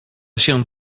się